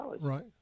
right